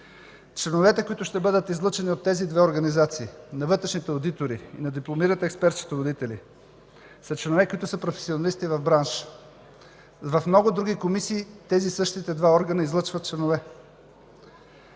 Членовете, които ще бъдат излъчени от тези две организации –на вътрешните одитори и на дипломираните експерт-счетоводители, са членове, които са професионалисти в бранша. В много други комисии тези същите два органа излъчват членове.